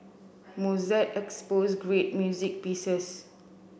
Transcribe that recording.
Mozart exposed great music pieces